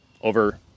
over